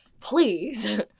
Please